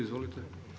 Izvolite.